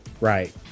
right